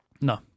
No